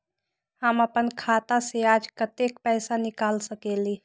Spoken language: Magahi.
हम अपन खाता से आज कतेक पैसा निकाल सकेली?